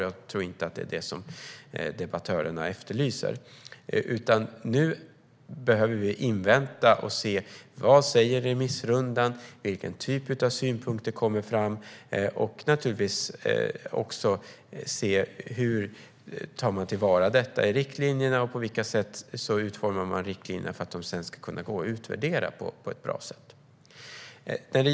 Jag tror heller inte att debattörerna efterlyser detta. Nu behöver vi invänta vad remissrundan ger och vilken typ av synpunkter som kommer fram. Naturligtvis måste vi se hur vi tar vara på detta i riktlinjerna och på vilket sätt riktlinjerna sedan ska utformas så att de ska kunna utvärderas på ett bra sätt.